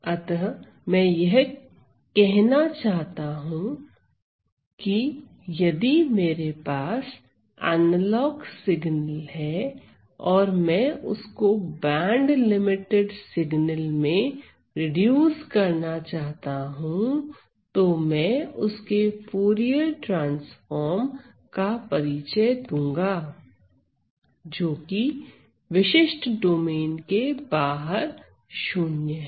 अतः मैं यह कहना चाह रहा हूं कि यदि मेरे पास एनालॉग सिग्नल है और मैं उसको बैंडलिमिटेड सिग्नल में रिड्यूस करना चाहता हूं तो मैं उसके फूरिये ट्रांसफार्म का परिचय दूंगा जोकि विशिष्ट डोमेन के बाहर शून्य है